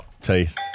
Teeth